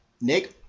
Nick